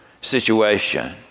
situation